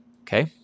okay